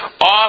off